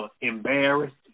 embarrassed